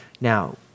Now